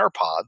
AirPods